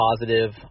positive